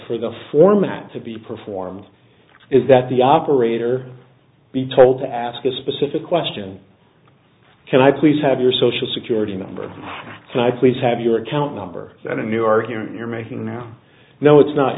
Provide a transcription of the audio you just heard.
for the format to be performed is that the operator be told to ask a specific question can i please have your social security number so i please have your account number i knew or here you're making now no it's not